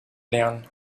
lernen